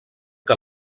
que